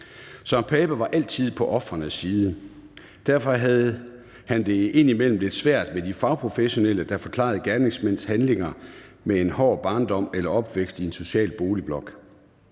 Søren Pape var altid på ofrenes side. Derfor havde han det indimellem lidt svært med de fagprofessionelle, der forklarede gerningsmænds handlinger med en hård barndom eller opvækst i en social boligblok.